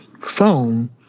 phone